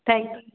thank you